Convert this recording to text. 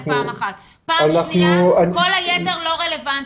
כל היתר לא רלוונטי.